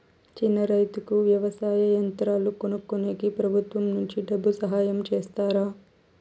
చిన్న రైతుకు వ్యవసాయ యంత్రాలు కొనుక్కునేకి ప్రభుత్వం నుంచి డబ్బు సహాయం చేస్తారా?